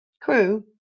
crew